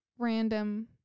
random